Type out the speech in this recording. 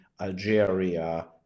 Algeria